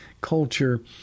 culture